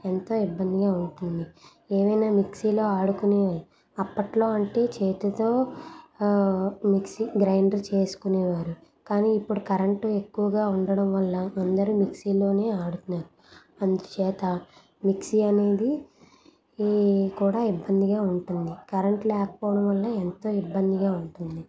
ఎంతో ఇబ్బందిగా ఉంటుంది ఏవైనా మిక్సీలో ఆడుకునే అప్పట్లో అంటే చేతితో మిక్సీ గ్రైండర్ చేసుకునేవారు కానీ ఇప్పుడు కరెంటు ఎక్కువగా ఉండడం వల్ల అందరూ మిక్సీలోనే ఆడుతున్నారు అందుచేత మిక్సీ అనేది ఈ కూడా ఇబ్బందిగా ఉంటుంది కరెంట్ లేకపోవడం వల్ల ఎంతో ఇబ్బందిగా ఉంటుంది